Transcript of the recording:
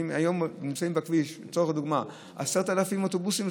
אם לדוגמה היום נמצאים בכביש 10,000 אוטובוסים,